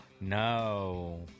no